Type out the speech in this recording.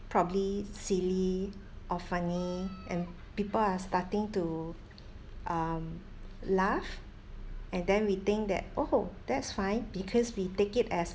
probably silly or funny and people are starting to um laugh and then we think that oh that's fine because we take it as